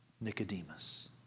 Nicodemus